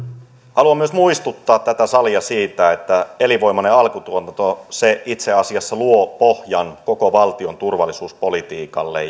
haluan myös muistuttaa tätä salia siitä että elinvoimainen alkutuotanto itse asiassa luo pohjan koko valtion turvallisuuspolitiikalle